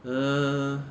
uh